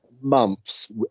months